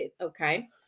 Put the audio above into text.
okay